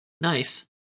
Nice